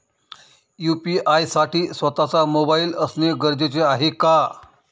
UPI साठी स्वत:चा mobile असणे गरजेचे आहे का?